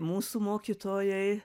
mūsų mokytojai